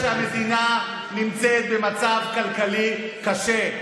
אני יודע שהמדינה נמצאת במצב כלכלי קשה.